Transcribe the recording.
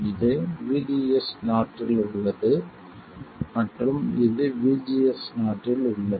இது VDS0 இல் உள்ளது மற்றும் இது VGS0 இல் உள்ளது